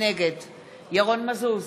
נגד ירון מזוז,